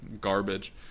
Garbage